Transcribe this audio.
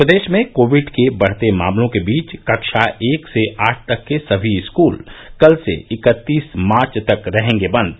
प्रदेश में कोविड के बढ़ते मामलों के बीच कक्षा एक से आठ तक के सभी स्कूल कल से इकत्तीस मार्च तक रहेंगे बंद